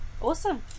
Awesome